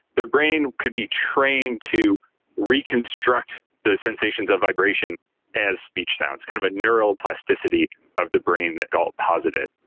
the brain could be trained to reconstruct the sensations of vibration as speech sounds, kind of a neural plasticity of the brain that gault posited.